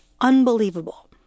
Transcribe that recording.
unbelievable